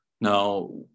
Now